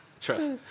Trust